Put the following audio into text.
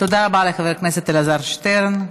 תודה לחבר הכנסת אלעזר שטרן.